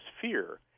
fear